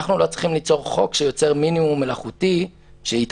אנחנו לא צריכים ליצור חוק שיוצר מינימום מלאכותי שייתכן